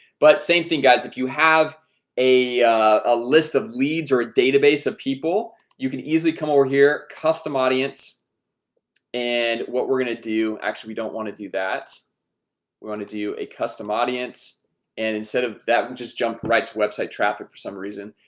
but same thing guys if you have a a list of leads or a database of people you can easily come over here custom audience and what we're gonna do actually we don't want to do that we want to do a custom audience and instead of that. we'll just jump right to website traffic for some reason